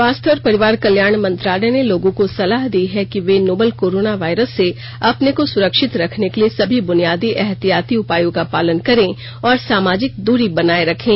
स्वास्थ्य और परिवार कल्याण मंत्रालय ने लोगों को सलाह दी है कि ये नोवल कोरोना वायरस से अपने को सुरक्षित रखने के लिए सभी बुनियादी एहतियाती उपायों का पालन करें और सामाजिक दूरी बनाए रखें